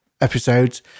episodes